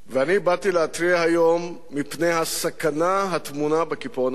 אני באתי להתריע היום מפני הסכנה הטמונה בקיפאון המדיני,